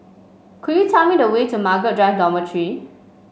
could you tell me the way to Margaret Drive Dormitory